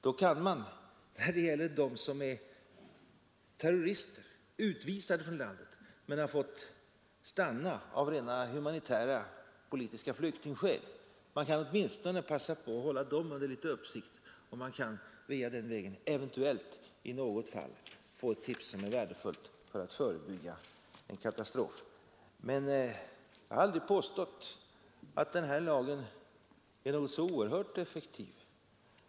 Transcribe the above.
Då kan man när det gäller terrorister som egentligen är utvisade från landet men fått stanna av rent humanitära skäl åtminstone passa på att hålla dem under uppsikt och eventuellt den vägen i något fall få ett tips som är värdefullt för att förebygga en katastrof. Men jag har aldrig påstått att den här lagen är så oerhört effektiv.